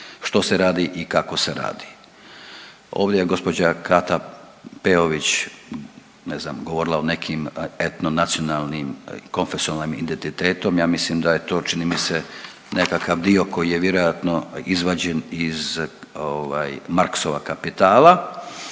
što se radi i kako se radi. Ovdje je gospođa Kata Peović ne znam govorila o nekim etnonacionalnim konfeksualnim identitetom, ja mislim da je to čini mi se nekakav dio koji je vjerojatno izvađen iz ovaj Marxova Kapitala.